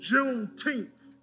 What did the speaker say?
Juneteenth